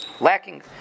lacking